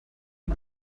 die